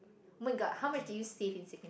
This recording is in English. oh-my-god how much did you save in secon~